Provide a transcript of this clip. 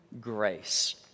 grace